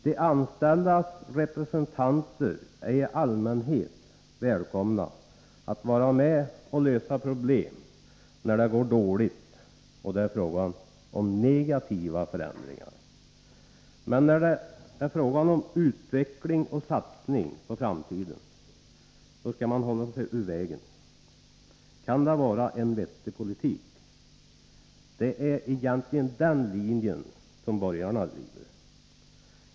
De anställdas representanter är i allmänhet välkomna att vara med och lösa problem när det går dåligt och det är fråga om negativa förändringar. Men när det är fråga om utveckling och satsning på framtiden skall man hålla sig ur vägen. Kan det vara en vettig politik? Det är egentligen den linjen borgarna driver.